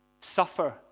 suffer